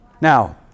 Now